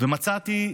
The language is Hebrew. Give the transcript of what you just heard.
ומצאתי